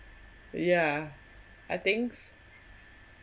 yeah I think